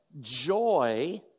joy